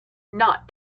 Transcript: not